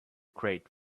crate